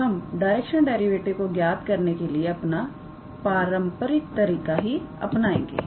और हम directional derivative को ज्ञात करने के लिए अपना पारंपरिक तरीका ही अपनाएंगे